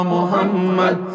Muhammad